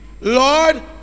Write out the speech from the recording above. Lord